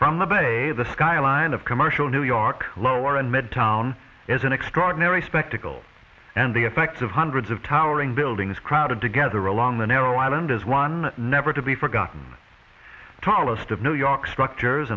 from the bay the skyline of commercial new york lower and midtown is an extraordinary spectacle and the effects of hundreds of towering buildings crowded together along the narrow island is one never to be forgotten tolerance to new york structures